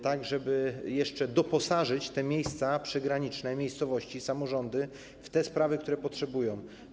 Chodzi o to, żeby jeszcze doposażyć te miejsca przygraniczne, miejscowości i samorządy w te sprawy, których potrzebują.